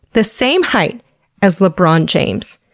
the same height as lebron james.